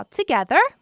together